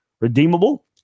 redeemable